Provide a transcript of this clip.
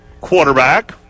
Quarterback